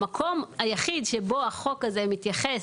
המקום היחיד שבו החוק הזה מתייחס,